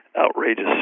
outrageous